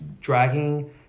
dragging